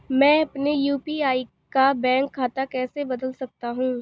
मैं अपने यू.पी.आई का बैंक खाता कैसे बदल सकता हूँ?